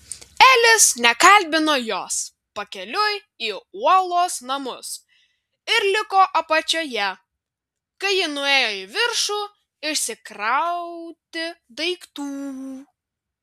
elis nekalbino jos pakeliui į uolos namus ir liko apačioje kai ji nuėjo į viršų išsikrauti daiktų